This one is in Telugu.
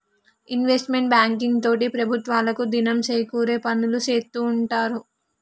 ఇన్వెస్ట్మెంట్ బ్యాంకింగ్ తోటి ప్రభుత్వాలకు దినం సేకూరే పనులు సేత్తూ ఉంటారు